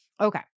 Okay